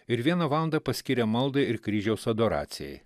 ir vieną valandą paskyrė maldai ir kryžiaus adoracijai